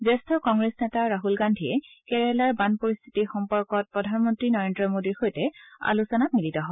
জ্যেষ্ঠ কংগ্ৰেছ নেতা ৰাহুল গান্ধীয়ে কেৰালাৰ বান পৰিস্থিতি সম্পৰ্কত প্ৰধানমন্ত্ৰী নৰেদ্ৰ মোডীৰ সৈতে আলোচনা কৰে